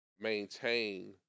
maintain